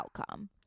outcome